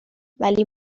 ولی